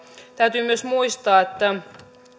täytyy myös muistaa että